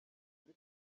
kuri